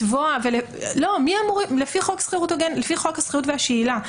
לפי חוק השכירות והשאילה,